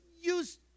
use